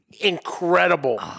Incredible